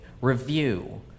review